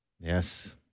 Yes